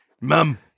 mum